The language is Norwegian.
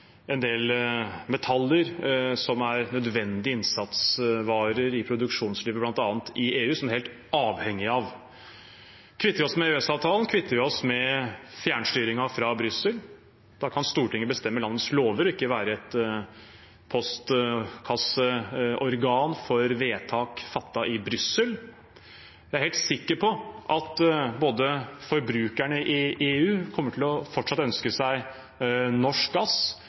en del metaller som er nødvendige innsatsvarer i produksjonslivet bl.a. i EU, som de er helt avhengige av. Kvitter vi oss med EØS-avtalen, kvitter vi oss med fjernstyringen fra Brussel. Da kan Stortinget bestemme landets lover og ikke være et postkasseorgan for vedtak fattet i Brussel. Jeg er helt sikker på at forbrukerne i EU fortsatt kommer til å ønske seg norsk gass,